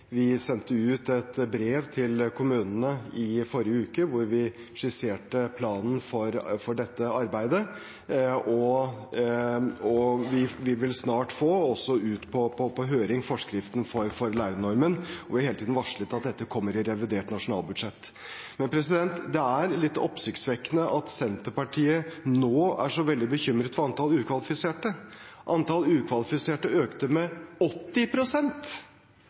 Vi sendte ut et brev til kommunene i forrige uke, hvor vi skisserte planen for dette arbeidet, og vi vil snart få forskriften for lærernormen ut på høring. Og vi har hele tiden varslet at dette kommer i revidert nasjonalbudsjett. Men det er litt oppsiktsvekkende at Senterpartiet nå er så veldig bekymret for antall ukvalifiserte. Antall ukvalifiserte økte med